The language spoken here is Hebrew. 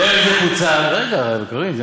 רגע, קארין.